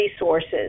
resources